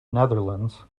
netherlands